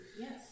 Yes